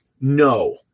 no